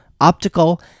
optical